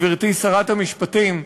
גברתי שרת המשפטים,